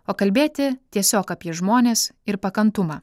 o kalbėti tiesiog apie žmones ir pakantumą